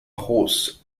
hosts